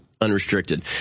unrestricted